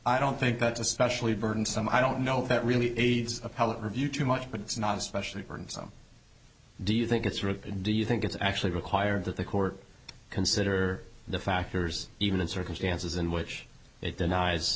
i don't think that's especially burden some i don't know if that really a appellate review too much but it's not especially for and so do you think it's rigged and do you think it's actually required that the court consider the factors even in circumstances in which it denies